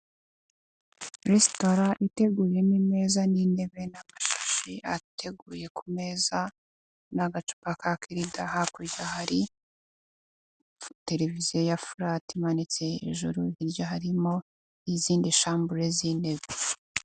Resitora iteguyemo imeza n'intebe n'amashashi ateguye ku meza, n'agacupa ka kirida hakurya hari, televiziyo ya furati imanitse hejuru hirya harimo, n'izindi shambure z'intebe.